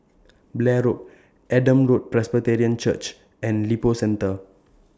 Blair Road Adam Road Presbyterian Church and Lippo Centre